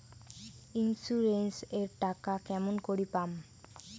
Insurance এর টাকা কেমন করি পাম?